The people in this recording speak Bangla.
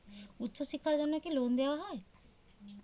উচ্চশিক্ষার জন্য কি লোন দেওয়া হয়?